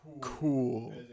cool